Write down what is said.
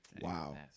Wow